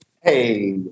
Hey